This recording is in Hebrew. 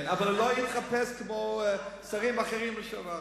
אבל אני לא אתחפש כמו שרים אחרים לשעבר.